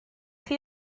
chi